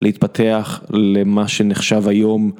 להתפתח למה שנחשב היום.